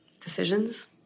decisions